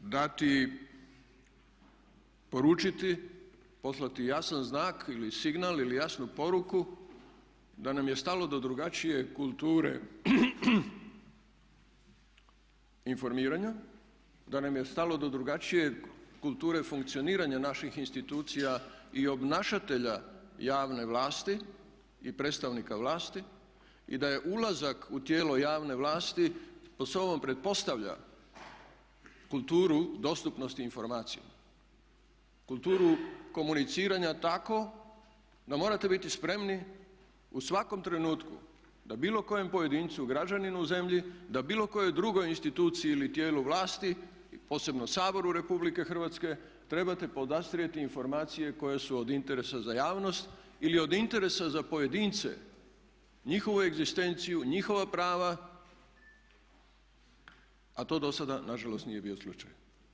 dati, poručiti, poslati jasan znak ili signal ili jasnu poruku da nam je stalo do drugačije kulture informiranja, da nam je stalo do drugačije kulture funkcioniranja naših institucija i obnašatelja javne vlasti i predstavnika vlasti i da je ulazak u tijelo javne vlasti … pretpostavlja kulturu dostupnosti informacija, kulturu komuniciranja tako da morate biti spremni u svakom trenutku da bilo kojem pojedincu, građaninu u zemlji, da bilo kojoj drugoj instituciji ili tijelu vlasti posebno Saboru Republike Hrvatske trebate podastrijeti informacije koje su od interesa za javnost ili od interesa za pojedince, njihovu egzistenciju, njihova prava a to do sada nažalost nije bio slučaj.